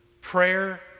Prayer